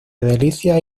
delicias